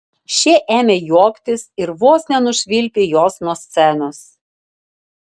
šie ėmė juoktis ir vos nenušvilpė jos nuo scenos